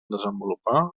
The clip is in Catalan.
desenvolupar